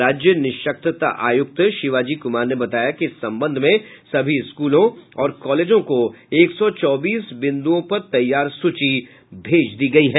राज्य निशक्तता आयुक्त शिवाजी कुमार ने बताया कि इस संबंध में सभी स्कूल और कॉलेजों को एक सौ चौबीस बिंदुओं पर तैयार सूची भेज दी गयी है